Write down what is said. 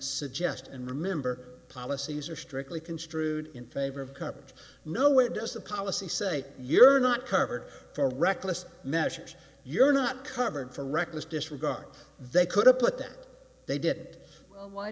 suggest and remember policies are strictly construed in favor of coverage no where does the policy say you're not covered for reckless measures you're not covered for reckless disregard they could have put them they did it w